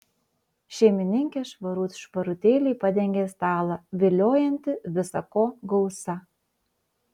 šeimininkė švarut švarutėliai padengė stalą viliojantį visa ko gausa